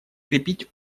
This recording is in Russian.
крепить